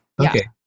okay